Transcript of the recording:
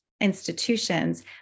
institutions